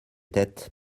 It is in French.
têtes